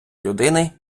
людини